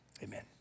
Amen